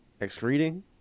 Excreting